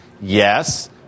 Yes